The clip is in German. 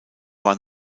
war